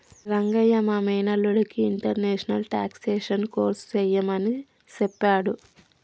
రంగయ్య మా మేనల్లుడికి international taxation course సెయ్యమని సెప్పాడు